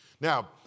Now